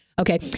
Okay